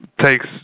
Takes